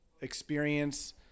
experience